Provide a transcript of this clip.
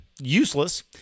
useless